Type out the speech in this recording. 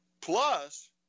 plus